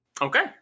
Okay